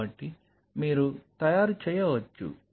కాబట్టి మీరు తయారు చేయవచ్చు